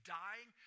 dying